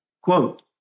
Quote